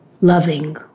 loving